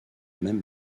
même